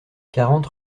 quarante